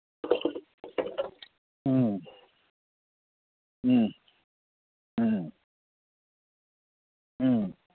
ꯎꯝ ꯎꯝ ꯎꯝ ꯎꯝ